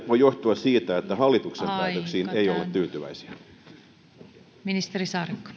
voi johtua siitä että hallituksen päätöksiin ei olla tyytyväisiä